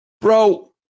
Bro